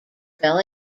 fell